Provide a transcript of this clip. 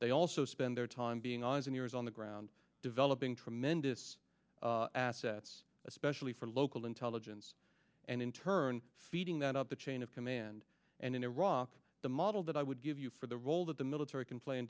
they also spend their time being eyes and ears on the ground developing tremendous assets especially for local intelligence and in turn feeding that up the chain of command and in iraq the model that i would give you for the role that the military c